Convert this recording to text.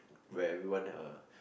where everyone uh